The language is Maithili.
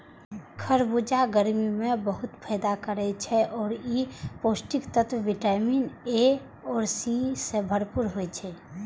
खरबूजा गर्मी मे बहुत फायदा करै छै आ ई पौष्टिक तत्व विटामिन ए आ सी सं भरपूर होइ छै